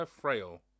Frail